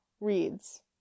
reads